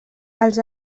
als